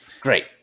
great